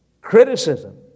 criticism